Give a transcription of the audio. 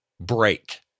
break